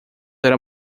era